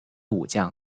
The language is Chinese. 武将